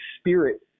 spirit